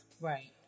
Right